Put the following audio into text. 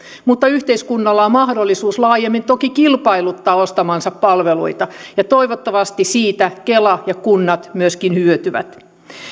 mutta yhteiskunnalla on mahdollisuus laajemmin toki kilpailuttaa ostamiaan palveluita ja toivottavasti siitä myöskin kela ja kunnat hyötyvät